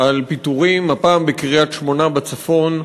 על פיטורים, הפעם בקריית-שמונה בצפון.